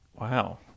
Wow